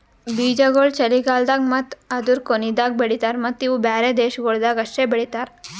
ಬೀಜಾಗೋಳ್ ಚಳಿಗಾಲ್ದಾಗ್ ಮತ್ತ ಅದೂರು ಕೊನಿದಾಗ್ ಬೆಳಿತಾರ್ ಮತ್ತ ಇವು ಬ್ಯಾರೆ ದೇಶಗೊಳ್ದಾಗ್ ಅಷ್ಟೆ ಬೆಳಿತಾರ್